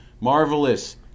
marvelous